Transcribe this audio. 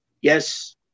Yes